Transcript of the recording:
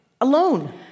Alone